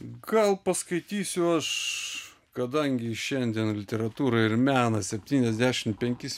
gal paskaitysiu aš kadangi šiandien literatūra ir menas septyniasdešimt penkis